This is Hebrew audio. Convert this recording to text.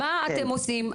מה אתם עושים.